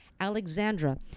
Alexandra